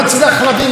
שמתפארת,